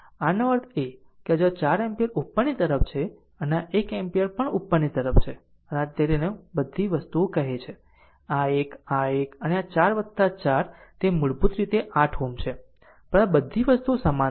આનો અર્થ એ છે કે જો આ 4 એમ્પીયર ઉપરની તરફ છે અને આ 1 એમ્પીયર પણ ઉપરની તરફ છે અને આ જે તેને આ બધી વસ્તુઓ કહે છે આ આ એક આ એક અને આ 4 4 તે મૂળભૂત રીતે 8 Ω છે પરંતુ આ બધી વસ્તુઓ સમાંતર છે